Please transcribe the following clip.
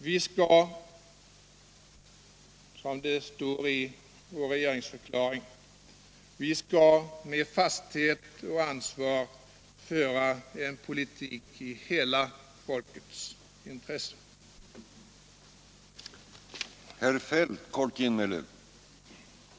Vi skall, som det står i vår regeringsförklaring, med fasthet och ansvar föra en politik i hela folkets intresse.